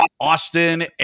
austin